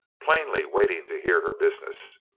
plainly waiting to hear her business.